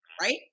Right